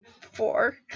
Four